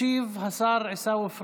ישיב השר עיסאווי פריג'.